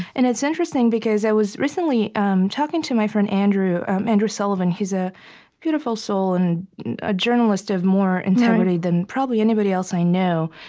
and it's interesting because i was recently um talking to my friend andrew um andrew sullivan who's a beautiful soul and a journalist of more integrity than probably anybody else i know.